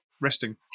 resting